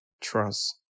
Trust